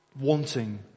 wanting